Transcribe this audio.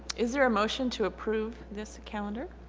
is there a motion to approve this calendar?